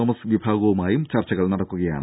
Thomas വിഭാഗവുമായും ചർച്ചകൾ നടക്കുകയാണ്